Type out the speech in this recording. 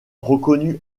reconnut